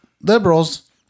liberals